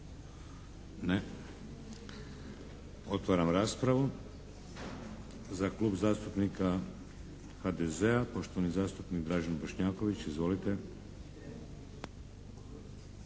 Ne. Otvaram raspravu. Za Klub zastupnika HDZ-a, poštovani zastupnik Dražen Bošnjaković. Izvolite.